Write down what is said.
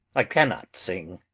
i cannot sing.